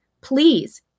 please